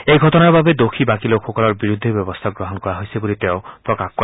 এই ঘটনাৰ বাবে দোষী বাকী লোকসকলৰ বিৰুদ্ধেও ব্যৱস্থা গ্ৰহণ কৰা হৈছে বুলি তেওঁ প্ৰকাশ কৰে